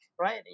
right